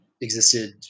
existed